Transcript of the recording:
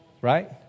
right